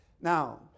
Now